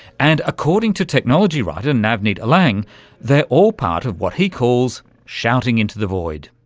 and according to technology writer navneet alang they're all part of what he calls shouting into the void.